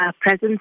presence